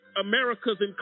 America's